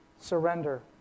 surrender